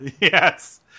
Yes